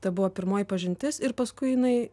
tai buvo pirmoji pažintis ir paskui jinai